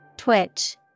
Twitch